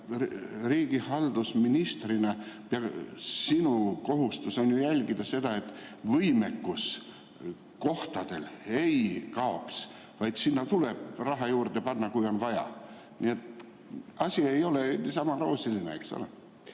Riigihalduse ministrina on sinu kohustus jälgida, et võimekus kohtadel ei kaoks, sinna tuleb raha juurde panna, kui on vaja. Nii et asi ei ole nii roosiline. Jaak